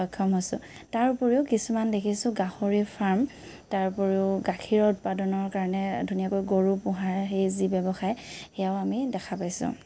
সক্ষম হৈছোঁ তাৰ উপৰিও কিছুমান দেখিছো গাহৰিৰ ফাৰ্ম তাৰ উপৰিও গাখীৰৰ উৎপাদনৰ কাৰণে ধুনীয়াকৈ গৰু পোহাৰ সেই যি ব্য়ৱসায় সেইয়াও আমি দেখা পাইছোঁ